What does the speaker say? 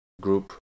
group